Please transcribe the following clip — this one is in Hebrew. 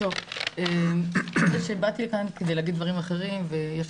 האמת שבאתי לכאן כדי להגיד דברים אחרים ויש